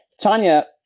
Tanya